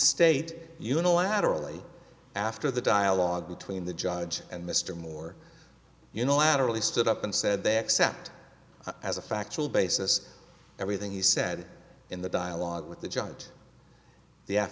state unilaterally after the dialogue between the judge and mr moore unilaterally stood up and said they accept as a factual basis everything he said in the dialogue with the